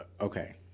okay